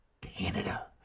canada